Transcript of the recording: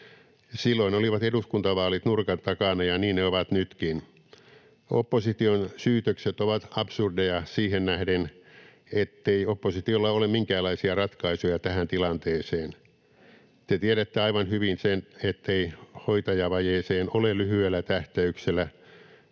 Silloin olivat eduskuntavaalit nurkan takana, ja niin ne ovat nytkin. Opposition syytökset ovat absurdeja siihen nähden, ettei oppositiolla ole minkäänlaisia ratkaisuja tähän tilanteeseen. Te tiedätte aivan hyvin sen, ettei hoitajavajeeseen ole lyhyellä tähtäyksellä